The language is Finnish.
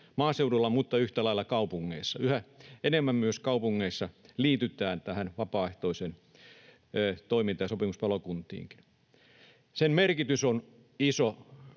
maaseudulla mutta yhtä lailla kaupungeissa. Yhä enemmän myös kaupungeissa liitytään vapaaehtoiseen toimintaan ja sopimuspalokuntiinkin. Sopimuspalokuntien